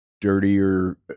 dirtier